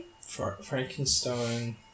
Frankenstein